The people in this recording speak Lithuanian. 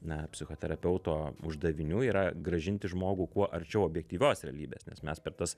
na psichoterapeuto uždavinių yra grąžinti žmogų kuo arčiau objektyvios realybės nes mes per tas